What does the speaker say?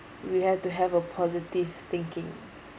we have to have a positive thinking